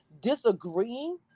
disagreeing